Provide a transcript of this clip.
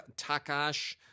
Takash